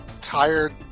tired